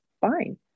fine